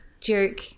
joke